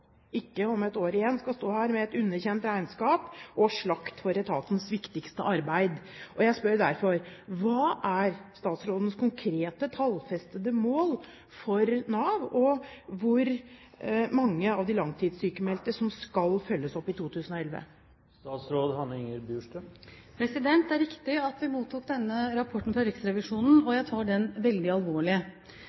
ikke om et år igjen skal stå her med underkjent regnskap og slakt av etatens viktigste arbeid. Jeg spør derfor: Hva er statsrådens konkrete tallfestede mål for Nav? Og hvor mange av de langtidssykmeldte skal følges opp i 2011? Det er riktig at vi har mottatt denne rapporten fra Riksrevisjonen, og jeg tar den veldig alvorlig.